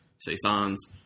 Saison's